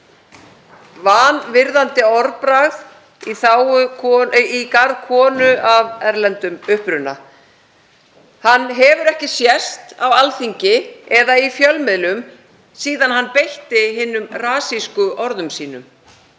vanvirðandi orðbragð í garð konu af erlendum uppruna. Hann hefur ekki sést á Alþingi eða í fjölmiðlum síðan hann beitti hinum rasísku orðum sínum.